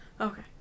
Okay